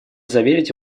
заверить